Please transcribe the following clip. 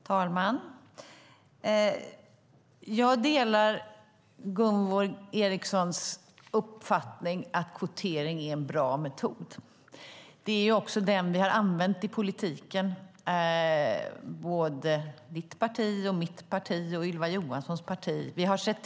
Herr talman! Jag delar Gunvor G Ericsons uppfattning att kvotering är en bra metod. Det är också den vi har använt i politiken. Det har både ditt parti, mitt parti och Ylva Johanssons parti gjort.